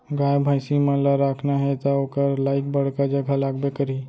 गाय भईंसी मन ल राखना हे त ओकर लाइक बड़का जघा लागबे करही